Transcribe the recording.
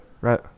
Right